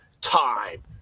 time